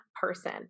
person